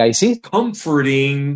comforting